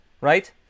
right